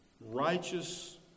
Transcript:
righteous